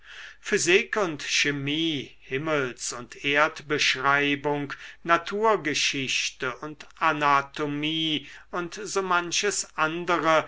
physik und chemie himmels und erdbeschreibung naturgeschichte und anatomie und so manches andere